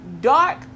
dark